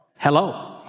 hello